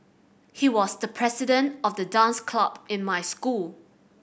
he was the president of the dance club in my school